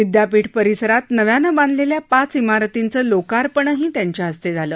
विद्यापीठ परिसरात नव्यानं बांधलल्या पाच इमारतींचं लोकार्पणही त्यांच्या हस्तझालं